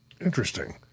Interesting